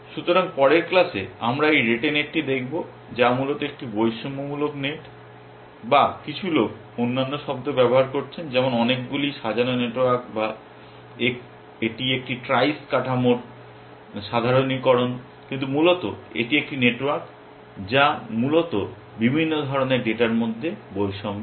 সুতরাং পরের ক্লাসে আমরা এই রেটে নেটটি দেখব যা মূলত একটি বৈষম্যমূলক নেট বা কিছু লোক অন্যান্য শব্দ ব্যবহার করছেন যেমন অনেকগুলি সাজানো নেটওয়ার্ক বা এটি একটি ট্রাইস কাঠামোর সাধারণীকরণ কিন্তু মূলত এটি একটি নেটওয়ার্ক যা মূলত বিভিন্ন ধরণের ডেটার মধ্যে বৈষম্য করে